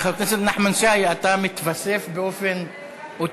התעבורה (חובת התקנת מערכות כיבוי באוטובוסים),